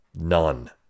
None